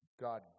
God